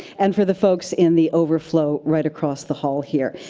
and for the folks in the overflow right across the hall here.